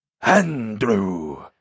Andrew